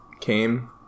came